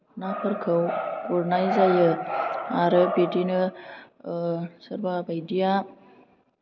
नाफोरखौ गुरनाइ जायो आरो बिदिनो सोरबा बाइदिया